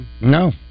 No